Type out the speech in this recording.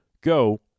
Go